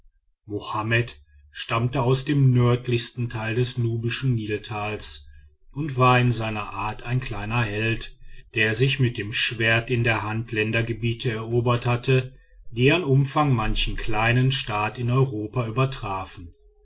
mohammed stammte aus dem nördlichsten teil des nubischen niltals und war in seiner art ein kleiner held der sich mit dem schwert in der hand ländergebiete erobert hatte die an umfang manchen kleinen staat in europa übertrafen